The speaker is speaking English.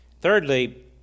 thirdly